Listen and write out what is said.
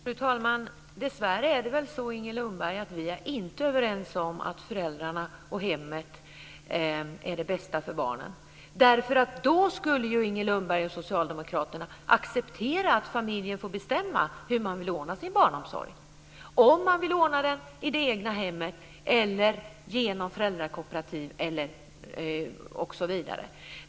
Fru talman! Dessvärre är det väl så, Inger Lundberg, att vi inte är överens om att föräldrarna och hemmet är det bästa för barnen. I så fall skulle ju Inger Lundberg och socialdemokraterna acceptera att familjen får bestämma hur man vill ordna sin barnomsorg, om man vill ordna den i det egna hemmet, genom föräldrakooperativ eller på annat sätt.